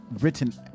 written